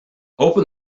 open